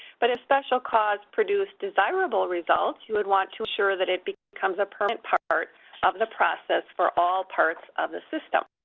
but if the special cause produced desirable results, you would want to ensure that it becomes a permanent part of the process for all parts of the system.